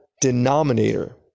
denominator